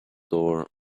door